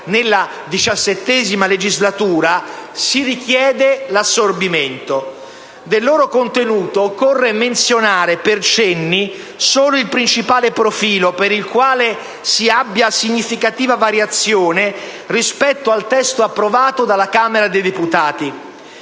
nella XVII legislatura, si richiede l'assorbimento. Del loro contenuto, occorre menzionare, per cenni, solo il principale profilo per il quale si abbia significativa variazione rispetto al testo approvato dalla Camera dei deputati.